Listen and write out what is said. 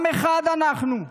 עם אחד אנחנו.